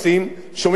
שומעים על פורצים,